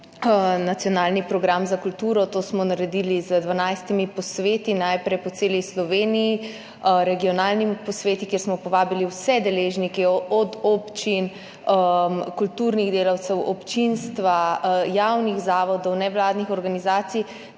nacionalni program za kulturo. To smo naredili z 12 posveti, najprej po celi Sloveniji, z regionalnimi posveti, kjer smo povabili vse deležnike, od občin, kulturnih delavcev, občinstva, javnih zavodov do nevladnih organizacij,